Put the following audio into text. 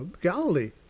Galilee